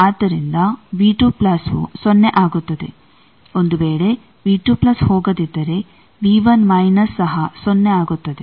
ಆದ್ದರಿಂದ ವು ಸೊನ್ನೆ ಆಗುತ್ತದೆ ಒಂದು ವೇಳೆ ಹೋಗದಿದ್ದರೆ ಸಹ ಸೊನ್ನೆ ಆಗುತ್ತದೆ